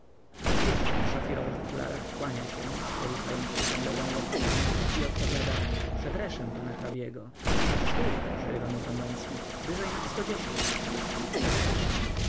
zakrystyan w szafirowych okularach kłania się poruszając przytem lewą łopatką i odpowiada przepreszem pana hrabiego stój przerywa mu pan łęcki wyżej nad sto dziesięć przepreszem